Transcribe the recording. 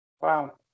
wow